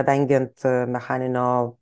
vengiant mechaninio